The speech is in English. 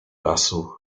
battle